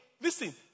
listen